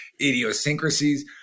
idiosyncrasies